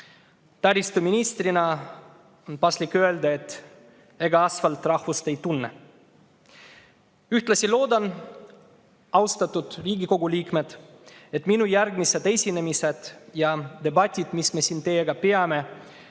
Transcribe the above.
Taristuministrina on paslik öelda, et ega asfalt rahvust ei tunne. Ühtlasi loodan, austatud Riigikogu liikmed, et minu järgmised esinemised ja debatid, mis me siin teiega peame,